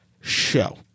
show